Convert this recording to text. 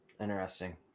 Interesting